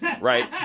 right